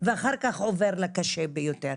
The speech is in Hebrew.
ואחר כך עובר לקשה ביותר.